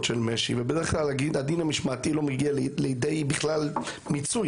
של משי ובדרך כלל הדין המשמעתי לא מגיע לידי בכלל מיצוי.